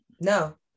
no